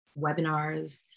webinars